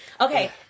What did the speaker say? Okay